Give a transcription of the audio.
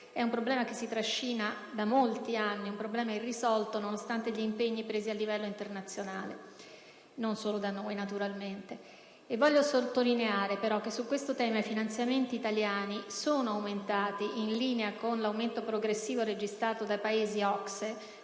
è un problema irrisolto che si trascina da molti anni, nonostante gli impegni presi a livello internazionale, non solo da noi naturalmente. Voglio sottolineare, però, che su questo tema i finanziamenti italiani sono aumentati, in linea con l'aumento progressivo registrato dai Paesi OCSE,